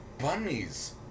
bunnies